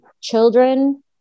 children